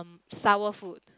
sour food